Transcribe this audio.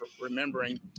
remembering